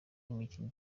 imikino